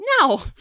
No